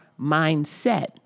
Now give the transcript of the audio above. mindset